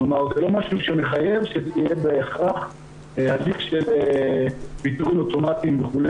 כלומר זה לא משהו שמחייב שיהיה בהכרח הליך של פיטורים אוטומטיים וכו',